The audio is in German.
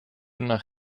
nach